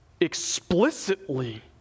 explicitly